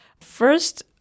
First